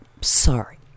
sorry